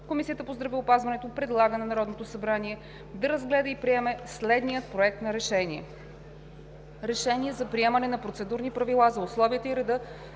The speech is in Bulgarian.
Комисията по здравеопазването предлага на Народното събрание да разгледа и приеме следния проект на Решение: Проект! РЕШЕНИЕ за приемане на процедурни правила за условията и реда